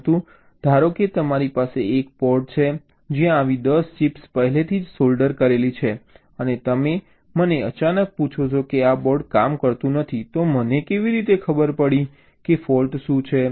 પરંતુ ધારો કે તમારી પાસે એક બોર્ડ છે જ્યાં આવી 10 ચિપ્સ પહેલેથી જ સોલ્ડર કરેલી છે અને તમે મને અચાનક પૂછો કે આ બોર્ડ કામ કરતું નથી તો મને કેવી રીતે ખબર પડી કે ફૉલ્ટ શું છે